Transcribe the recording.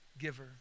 giver